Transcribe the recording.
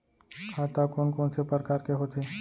खाता कोन कोन से परकार के होथे?